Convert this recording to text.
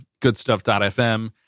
goodstuff.fm